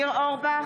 ניר אורבך,